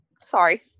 Sorry